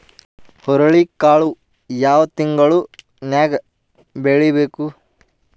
ಹುರುಳಿಕಾಳು ಯಾವ ತಿಂಗಳು ನ್ಯಾಗ್ ಬೆಳಿಬೇಕು?